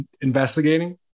investigating